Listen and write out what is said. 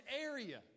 area